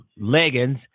leggings